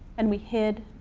and we hid,